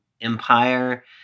Empire